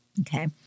Okay